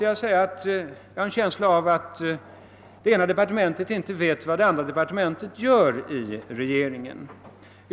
Jag har en känsla av att det ena departementet inte vet vad det andra gör.